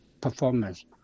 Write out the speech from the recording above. performance